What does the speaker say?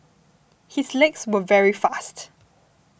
his legs were very fast